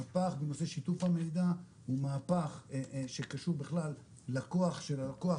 מהפך בנושא שיתוף המידע ומהפך שקשור בכלל לכוח של הלקוח,